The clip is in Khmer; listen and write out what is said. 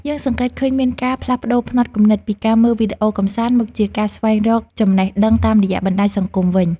យើងសង្កេតឃើញមានការផ្លាស់ប្តូរផ្នត់គំនិតពីការមើលវីដេអូកម្សាន្តមកជាការស្វែងរកចំណេះដឹងតាមរយៈបណ្តាញសង្គមវិញ។